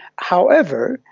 however,